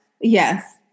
Yes